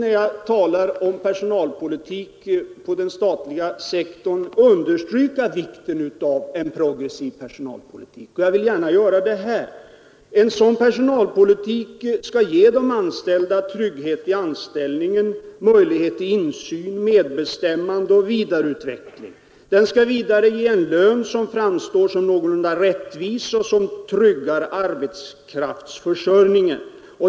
När jag talar om personalpolitik på den statliga sektorn brukar jag alltid understryka vikten av en progressiv sådan, och jag skall gärna göra det även här. Personalpolitiken skall ge de anställda trygghet i anställningen, möjlighet till insyn, medbestämmande och vidareutveckling. Den skall vidare ge en lön som framstår som någorlunda rättvis och som även tryggar arbetskraftsförsörjningen.